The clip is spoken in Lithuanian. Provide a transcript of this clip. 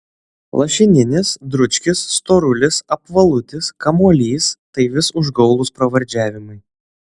lašininis dručkis storulis apvalutis kamuolys tai vis užgaulūs pravardžiavimai